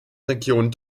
regionen